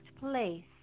Place